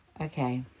Okay